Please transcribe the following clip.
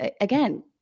again